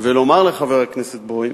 ולומר לחבר הכנסת בוים: